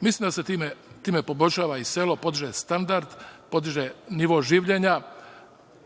Mislim da se time poboljšava i selo, podiže standard, podiže nivo življenja,